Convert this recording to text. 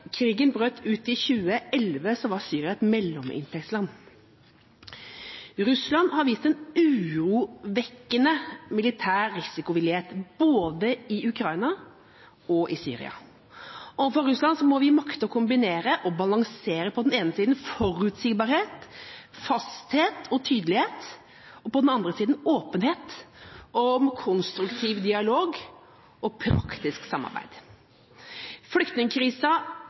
krigen brøt ut i 2011, var Syria et mellominntektsland. Russland har vist en urovekkende militær risikovillighet både i Ukraina og i Syria. Overfor Russland må vi makte å kombinere og balansere på den ene sida forutsigbarhet, fasthet og tydelighet og på den andre sida åpenhet, konstruktiv dialog og praktisk samarbeid.